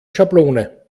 schablone